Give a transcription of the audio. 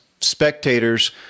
spectators